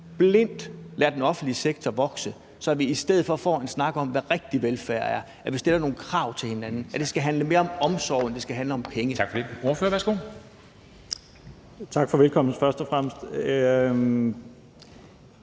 blindt lade den offentlige sektor vokse får en snak om, hvad rigtig velfærd er, at vi stiller nogle krav til hinanden, og at det skal handle mere om omsorg, end det skal handle om penge.